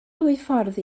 dwyffordd